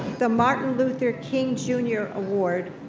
the martin luther king jr. award,